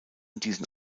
diesem